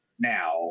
now